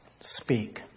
speak